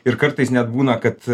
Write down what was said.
ir kartais net būna kad